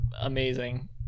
amazing